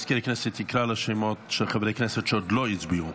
המזכיר יקרא בשמות של חברי הכנסת שעוד לא הצביעו.